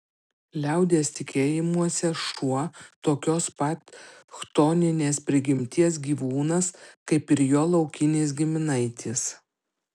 liaudies tikėjimuose šuo tokios pat chtoninės prigimties gyvūnas kaip ir jo laukinis giminaitis